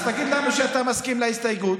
אז תגיד לנו שאתה מסכים להסתייגות.